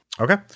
Okay